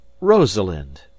rosalind